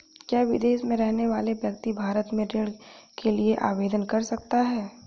क्या विदेश में रहने वाला व्यक्ति भारत में ऋण के लिए आवेदन कर सकता है?